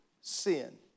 sin